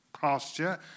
pasture